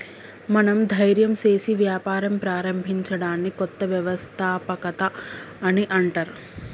మనం ధైర్యం సేసి వ్యాపారం ప్రారంభించడాన్ని కొత్త వ్యవస్థాపకత అని అంటర్